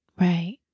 right